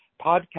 podcast